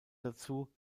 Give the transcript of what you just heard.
dazu